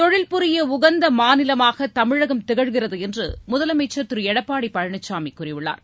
தொழில் புரிய உகந்த மாநிலமாக தமிழகம் திகழ்கிறது என்று முதலமைச்சர் திரு எடப்பாடி பழனிசாமி கூறியுள்ளார்